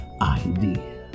idea